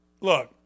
Look